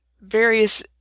various